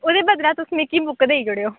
ओह्दे बदले तुस मिगी बुक्क देई ओड़ेओ